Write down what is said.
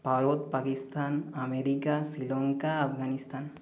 Bharat Pakistan America Sri Lanka Afghanistan